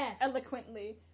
eloquently